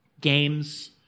games